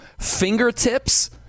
fingertips